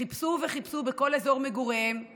חיפשו וחיפשו בכל אזור מגוריהם,